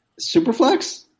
Superflex